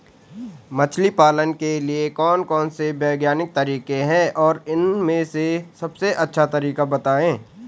मछली पालन के लिए कौन कौन से वैज्ञानिक तरीके हैं और उन में से सबसे अच्छा तरीका बतायें?